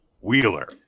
Wheeler